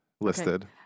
listed